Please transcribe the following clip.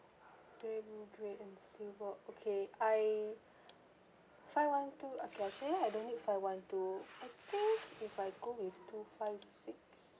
red and grey and silver okay I five one two okay actually I don't need five one two I think if I go with two five six